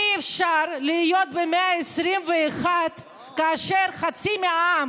אי-אפשר להיות במאה ה-21 כאשר חצי מהעם